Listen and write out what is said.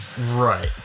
Right